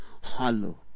hollow